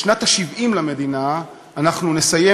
בשנת ה-70 למדינה אנחנו נסיים,